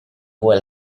buca